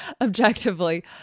objectively